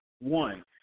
one